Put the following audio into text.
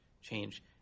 change